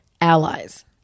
allies